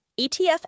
ETF